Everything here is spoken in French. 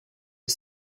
est